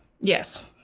Yes